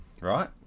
Right